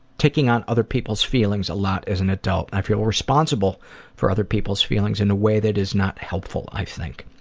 taking on other people's feelings a lot as an adult and i feel responsible for other people's feelings in a way that is not helpful, i think.